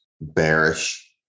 bearish